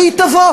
והיא תבוא,